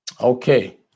okay